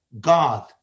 God